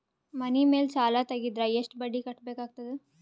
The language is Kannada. ಮನಿ ಮೇಲ್ ಸಾಲ ತೆಗೆದರ ಎಷ್ಟ ಬಡ್ಡಿ ಕಟ್ಟಬೇಕಾಗತದ?